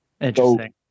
Interesting